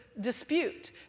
dispute